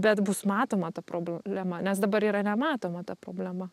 bet bus matoma ta problema nes dabar yra nematoma ta problema